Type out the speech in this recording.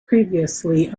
previously